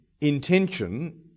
intention